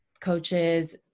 coaches